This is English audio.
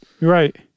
Right